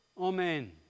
amen